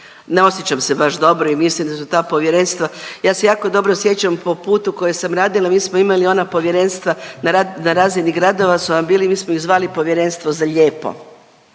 ne osjećam se baš dobro i mislim da su ta povjerenstva, ja se jako dobro sjećam po putu koje sam radila mi smo imali ona povjerenstva na razini gradova su vam bili mi smo ih zvali povjerenstvo za lijepo,